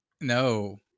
no